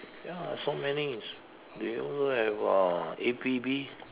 ya so many is the also have uh A_P_B